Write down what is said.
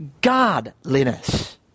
godliness